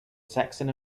saxon